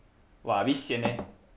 !wah! a bit sian eh